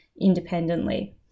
independently